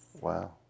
Wow